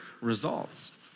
results